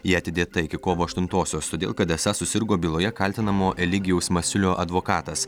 ji atidėta iki kovo aštuntosios todėl kad esą susirgo byloje kaltinamo eligijaus masiulio advokatas